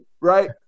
right